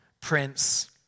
Prince